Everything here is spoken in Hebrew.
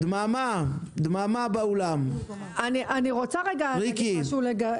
אני רוצה רגע -- מיטל כהן,